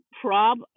Prob